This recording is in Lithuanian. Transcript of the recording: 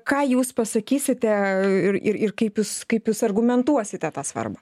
ką jūs pasakysite ir ir kaip jūs kaip jūs argumentuosite tą svarbą